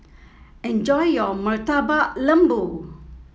enjoy your Murtabak Lembu